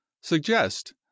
suggest